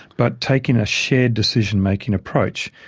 but taking a shared decision-making approach.